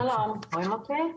שלום, רואים אותי?